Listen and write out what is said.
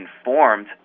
informed